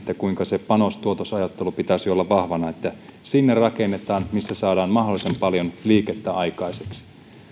kuinka sen panos tuotos ajattelun pitäisi olla vahvana niin että sinne rakennetaan missä saadaan mahdollisimman paljon liikettä aikaiseksi